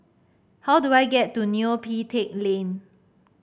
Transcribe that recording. how do I get to Neo Pee Teck Lane